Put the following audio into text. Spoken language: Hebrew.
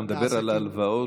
אתה מדבר על ההלוואות,